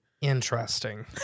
Interesting